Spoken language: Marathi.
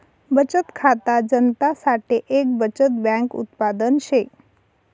बचत खाता जनता साठे एक बचत बैंक उत्पादन शे